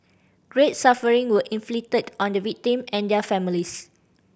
great suffering was inflicted on the victim and their families